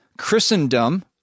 Christendom